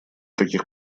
таких